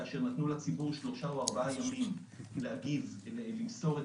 כאשר נתנו לציבור שלושה או ארבעה ימים למסור את